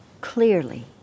clearly